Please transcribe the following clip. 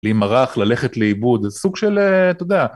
להימרח, ללכת לאיבוד, איזה סוג של... אתה יודע.